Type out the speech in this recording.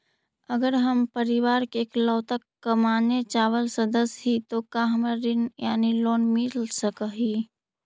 अगर हम परिवार के इकलौता कमाने चावल सदस्य ही तो का हमरा ऋण यानी लोन मिल सक हई?